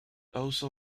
also